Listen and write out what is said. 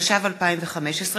התשע"ו 2015,